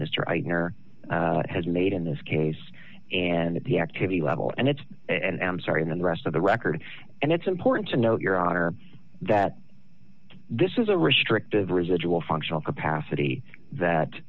mr eisner has made in this case and at the activity level and it's and i'm sorry in the rest of the record and it's important to note your honor that this is a restrictive residual functional capacity that